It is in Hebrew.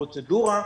פרוצדורה,